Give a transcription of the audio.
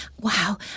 wow